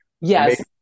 yes